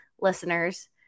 listeners